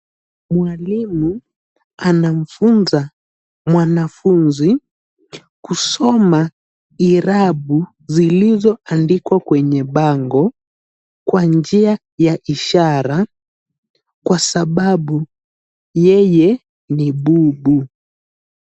Mwalimu anamfunza mwanafunzi kusoma irabu zilizoandikwa kwenye bango kwa njia ya ishara kwa sababu yeye ni bubu.